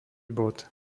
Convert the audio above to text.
bod